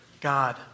God